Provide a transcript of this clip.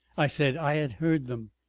i said i had heard them.